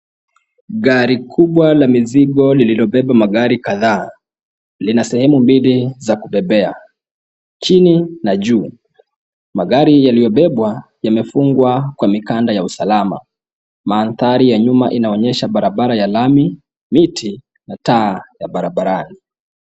Gari kubwa la mizigo lililobeba magari kadhaa. Lina sehemu mbili za kubebea, chini na juu. Magari yaliyobebwa yamefungwa kwa mikanda ya usalama. Mandhari ya nyuma inaonyesha barabara ya lami, miti na taa ya barabarani.